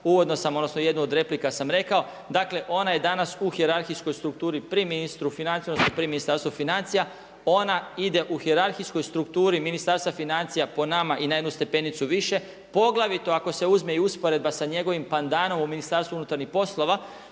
uvodno sam, odnosno jednu od replika sam rekao, dakle ona je danas u hijerarhijskoj strukturi pri ministra financija odnosno pri Ministarstvu financija ona ide u hijerarhijskoj strukturi Ministarstva financija po nama i na jednu stepenicu više, poglavito ako se uzme i usporedba sa njegovim pandanom u Ministarstvu unutarnjih poslova.